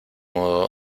modo